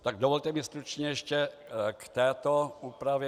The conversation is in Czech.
Tak dovolte mi stručně ještě k této úpravě.